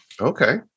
Okay